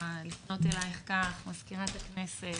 לפנות אלייך כך מזכירת הכנסת,